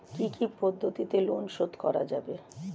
কি কি পদ্ধতিতে লোন শোধ করা যাবে?